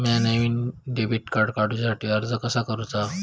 म्या नईन debit card काडुच्या साठी अर्ज कसा करूचा?